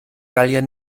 gallier